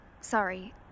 sorry